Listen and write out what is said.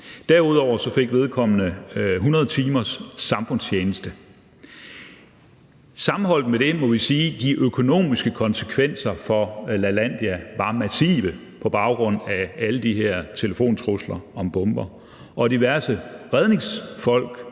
Derudover fik vedkommende 100 timers samfundstjeneste. Sammenholdt med det må vi sige, at de økonomiske konsekvenser for Lalandia var massive på baggrund af alle de her telefontrusler om bomber, og diverse redningsfolk